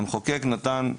המחוקק נתן לממשלה,